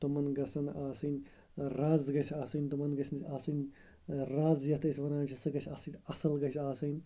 تِمَن گژھن آسٕنۍ رَز گژھِ آسٕنۍ تِمَن گژھِ نہٕ آسٕنۍ رَز یَتھ أسۍ وَنان چھِ سۄ گژھِ آسٕنۍ اَصٕل گژھِ آسٕنۍ